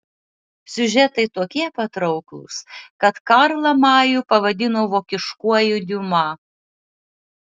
siužetai tokie patrauklūs kad karlą majų pavadino vokiškuoju diuma